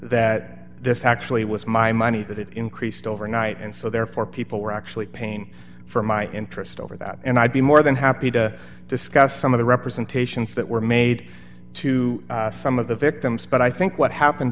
that this actually was my money that it increased overnight and so therefore people were actually paying for my interest over that and i'd be more than happy to discuss some of the representations that were made to some of the victims but i think what happened